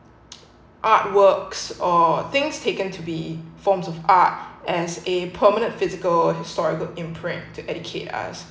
artworks or things taken to be forms of art as a permanent physical historical imprint to educate us